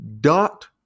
dot